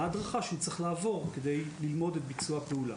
ההדרכה שהוא צריך לעבור כדי ללמוד את ביצוע הפעולה.